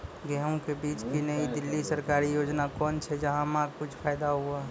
गेहूँ के बीज की नई दिल्ली सरकारी योजना कोन छ जय मां कुछ फायदा हुआ?